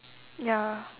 ya